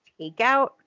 Takeout